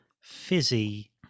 fizzy